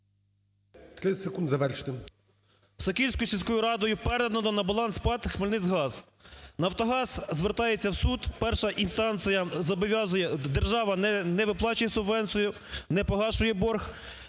Сокільською сільською радою передано на баланс ПАТ "Хмельницькгаз". "Нафтогаз" звертається в суд, перша інстанція зобов'язує… держава не виплачує субвенцію, не погашає борг